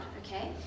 okay